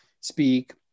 speak